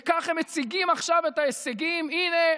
וכך הם מציגים עכשיו את ההישגים: הינה,